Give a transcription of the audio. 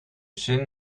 zin